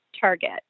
target